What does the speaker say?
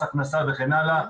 מס הכנסה וכן הלאה.